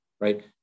right